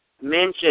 mention